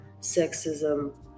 sexism